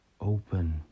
open